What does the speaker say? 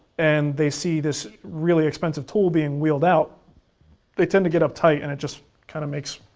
and they see this really expensive tool being wheeled out they tend to get uptight, and it just kind of makes